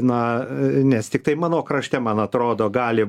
na nes tiktai mano krašte man atrodo gali